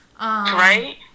right